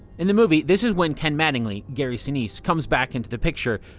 in the movie, this is when ken mattingly, gary sinise, comes back into the picture.